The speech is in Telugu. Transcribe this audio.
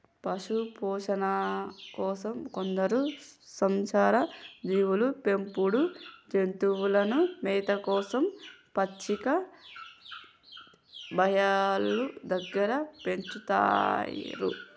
పశుపోషణ కోసం కొందరు సంచార జీవులు పెంపుడు జంతువులను మేత కోసం పచ్చిక బయళ్ళు దగ్గర పెంచుతారు